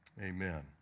Amen